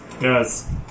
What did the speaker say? Yes